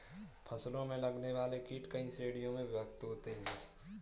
फसलों में लगने वाले कीट कई श्रेणियों में विभक्त होते हैं